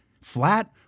flat